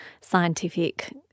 scientific